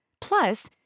plus